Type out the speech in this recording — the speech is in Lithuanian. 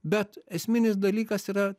bet esminis dalykas yra